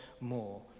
more